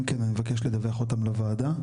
אם כן, אני מבקש לדווח אותם לוועדה.